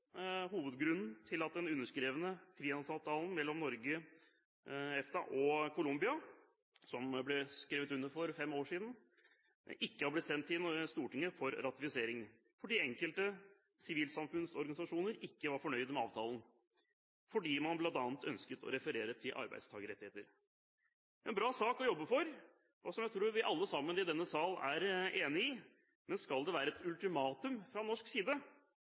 hovedgrunnen til at den underskrevne frihandelsavtalen mellom Norge, EFTA og Colombia, som ble skrevet under for fem år siden, ikke har blitt sendt til Stortinget for ratifisering – fordi enkelte sivilsamfunnsorganisasjoner ikke var fornøyd med avtalen fordi man bl.a. ønsket å referere til arbeidstakerrettigheter. Dette er en bra sak å jobbe for, noe jeg tror alle i denne sal er enig i, men skal det være et ultimatum fra norsk side